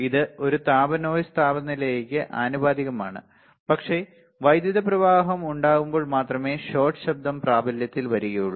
ഇത് ഒരു താപ നോയ്സ് താപനിലയ്ക്ക് ആനുപാതികമാണ് പക്ഷേ വൈദ്യുത പ്രവാഹം ഉണ്ടാകുമ്പോൾ മാത്രമേ ഷോട്ട് ശബ്ദം പ്രാബല്യത്തിൽ വരികയുള്ളൂ